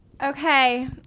Okay